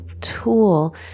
tool